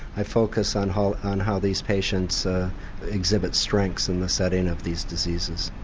i focus on how on how these patients exhibit strengths in the set-in of these diseases.